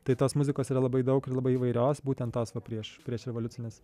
tai tos muzikos yra labai daug ir labai įvairios būtent tos prieš priešrevoliucinės